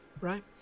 right